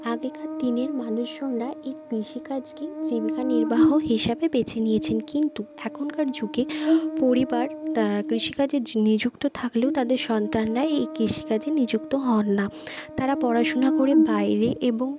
আগেরকার দিনের মানুষজনরা এই কৃষিকাজকেই জীবিকা নির্বাহ হিসাবে বেছে নিয়েছেন কিন্তু এখনকার যুগে পরিবার কৃষিকাজে নিযুক্ত থাকলেও তাদের সন্তানরাই এই কৃষিকাজে নিযুক্ত হন না তারা পড়াশোনা করে বাইরে এবং